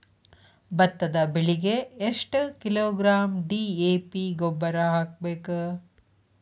ಭತ್ತದ ಬೆಳಿಗೆ ಎಷ್ಟ ಕಿಲೋಗ್ರಾಂ ಡಿ.ಎ.ಪಿ ಗೊಬ್ಬರ ಹಾಕ್ಬೇಕ?